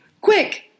quick